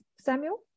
Samuel